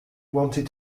wanted